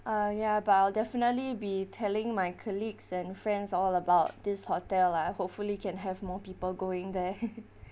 uh ya but I'll definitely be telling my colleagues and friends all about this hotel lah hopefully can have more people going there